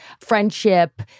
friendship